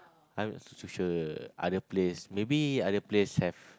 I'm not too sure other place maybe other place have